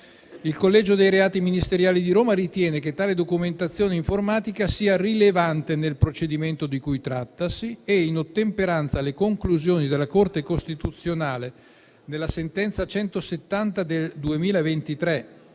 Il collegio dei reati ministeriali di Roma ritiene che tale documentazione informatica sia rilevante nel procedimento di cui trattasi, in ottemperanza alle conclusioni della Corte costituzionale, nella sentenza n. 170 del 2023